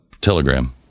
Telegram